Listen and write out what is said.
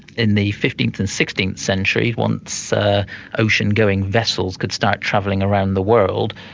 in the fifteenth and sixteenth century, once ocean-going vessels could start travelling around the world,